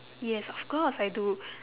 yes of course I do